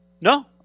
No